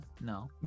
no